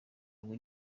rwa